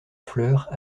fleurs